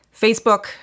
Facebook